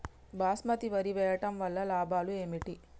బాస్మతి వరి వేయటం వల్ల లాభాలు ఏమిటి?